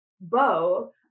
Bo